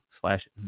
slash